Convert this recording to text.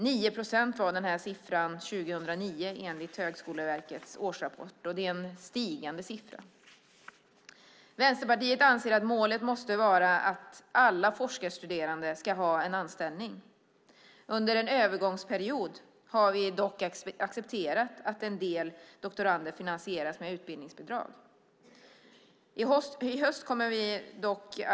Siffran var 9 procent år 2009, enligt Högskoleverkets årsrapport. Det är en stigande siffra. Vänsterpartiet anser att målet måste vara att alla forskarstuderande ska ha en anställning. Vi har dock accepterat att en del doktorander finansieras med utbildningsbidrag under en övergångsperiod.